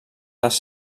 les